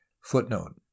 Footnote